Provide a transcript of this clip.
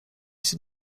się